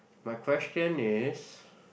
my question is